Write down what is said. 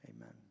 amen